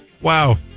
Wow